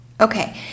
Okay